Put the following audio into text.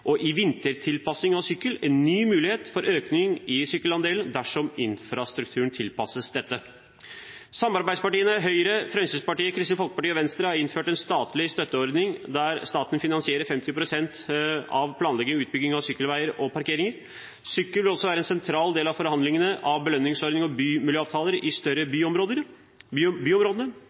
og i vintertilpasning av sykkel en ny mulighet for økning i sykkelandelen dersom infrastrukturen tilpasses dette. Samarbeidspartiene Høyre, Fremskrittspartiet, Kristelig Folkeparti og Venstre har innført en statlig støtteordning, der staten finansierer 50 pst. av planlegging og utbygging av sykkelveier og parkeringer. Sykkel er også en sentral del av forhandlingene om belønningsordning og bymiljøavtaler i de større byområdene.